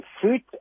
fruit